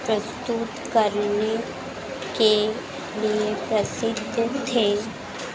प्रस्तुत करने के लिए प्रसिद्द थे